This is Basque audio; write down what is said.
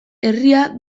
herria